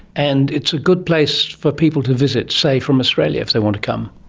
and it's a good place for people to visit, say from australia if they want to come.